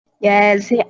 Yes